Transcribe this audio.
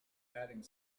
adding